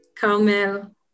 Carmel